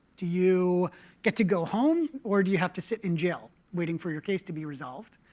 do you get to go home or do you have to sit in jail waiting for your case to be resolved?